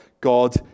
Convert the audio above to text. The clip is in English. God